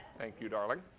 thank you, darling.